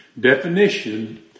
definition